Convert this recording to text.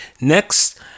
Next